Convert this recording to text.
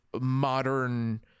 modern